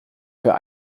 für